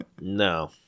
No